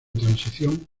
transición